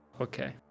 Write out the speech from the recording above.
Okay